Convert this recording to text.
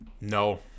No